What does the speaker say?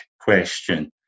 question